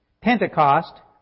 Pentecost